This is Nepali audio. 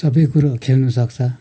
सबै कुरो खेल्नु सक्छ